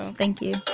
thank you